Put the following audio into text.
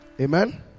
amen